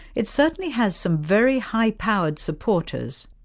it certainly has some very high-powered supporters.